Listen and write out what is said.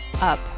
up